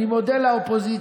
אני מודה לאופוזיציה